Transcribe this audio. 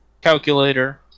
calculator